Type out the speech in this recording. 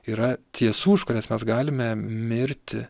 yra tiesų už kurias mes galime mirti